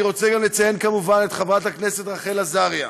אני רוצה גם לציין כמובן את חברת הכנסת רחל עזריה,